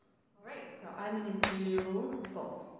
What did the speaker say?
right. so i'm gonna do both.